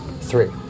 Three